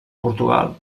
portugal